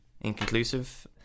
inconclusive